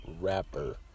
rapper